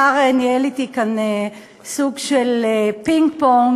השר ניהל אתי סוג של פינג-פונג,